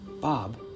Bob